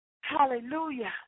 Hallelujah